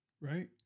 right